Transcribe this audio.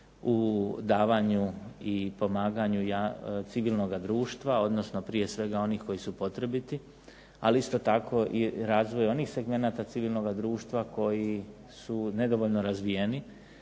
u davanju i pomaganju civilnoga društva odnosno prije svega onih koji su potrebiti, ali isto tako i razvoj onih segmenata civilnoga društva koji su nedovoljno razvijeni